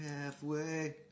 halfway